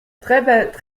treize